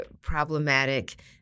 problematic